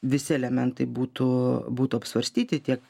visi elementai būtų būtų apsvarstyti tiek